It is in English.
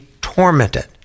tormented